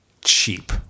cheap